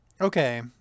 Okay